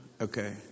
Okay